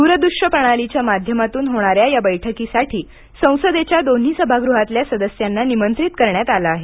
दूर दृश्य प्रणालीच्या माध्यमातून होणाऱ्या या बैठकीसाठी संसदेच्या दोन्ही सभागृहातल्या सदस्यांना निमंत्रित करण्यात आलं आहे